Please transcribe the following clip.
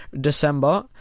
December